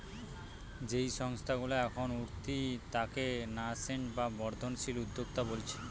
যেই সংস্থা গুলা এখন উঠতি তাকে ন্যাসেন্ট বা বর্ধনশীল উদ্যোক্তা বোলছে